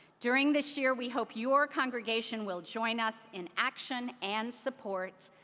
during this year, we hope your congregation will join us in action and support.